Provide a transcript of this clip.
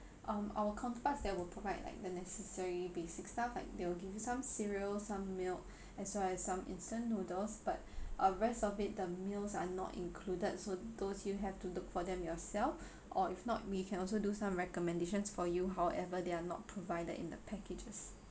um our compass that will provide like the necessary basic stuff like they will give you some cereal some milk as well as some instant noodles but uh rest of it the meals are not included so those you have to look for them yourself or if not we can also do some recommendations for you however they are not provided in the packages